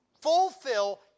fulfill